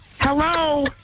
Hello